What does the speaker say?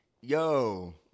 yo